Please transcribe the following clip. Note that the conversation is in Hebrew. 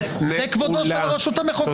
זה כבודה של הרשות המחוקקת.